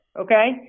okay